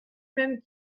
même